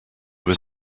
was